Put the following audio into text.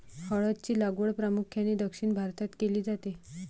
हळद ची लागवड प्रामुख्याने दक्षिण भारतात केली जाते